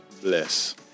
Bless